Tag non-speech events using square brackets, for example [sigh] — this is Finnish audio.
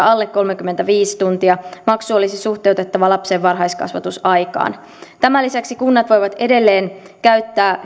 [unintelligible] alle kolmekymmentäviisi tuntia maksu olisi suhteutettava lapsen varhaiskasvatusaikaan tämän lisäksi kunnat voivat edelleen käyttää